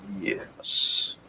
Yes